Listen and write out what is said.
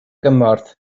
gymorth